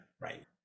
right